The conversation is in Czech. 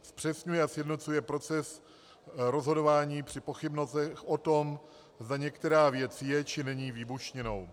Zpřesňuje a sjednocuje proces rozhodování při pochybnostech o tom, zda některá věc je, či není výbušninou.